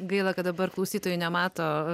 gaila kad dabar klausytojai nemato